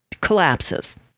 collapses